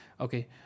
Okay